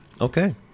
Okay